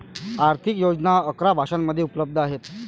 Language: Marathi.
आर्थिक योजना अकरा भाषांमध्ये उपलब्ध आहेत